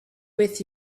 with